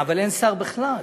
אבל אין שר בכלל.